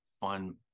fun